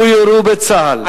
גוירו בצה"ל.